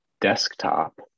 desktop